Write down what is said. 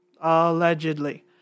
Allegedly